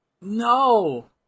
No